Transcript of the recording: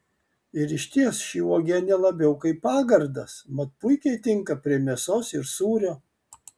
ir išties ši uogienė labiau kaip pagardas mat puikiai tinka prie mėsos ir sūrio